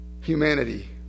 humanity